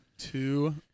Two